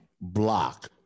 block